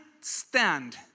stand